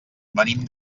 venim